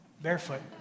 barefoot